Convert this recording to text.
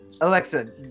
Alexa